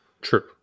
True